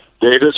Davis